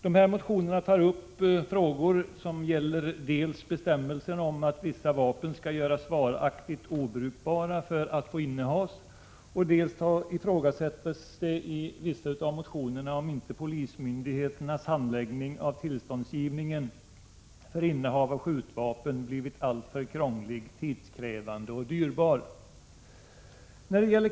I motionerna tar man upp frågor som gäller bestämmelsen om att vissa vapen skall göras varaktigt obrukbara för att få innehas. I vissa av motionerna ifrågasätts om inte polismyndigheternas handläggning av tillståndsgivningen när det gäller innehav av skjutvapen blivit alltför krånglig, tidskrävande och dyrbar.